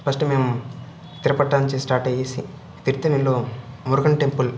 first మేము తిరుపతి నుంచి start అయ్యేసి తిరుత్తణిలో మురుగన్ టెంపుల్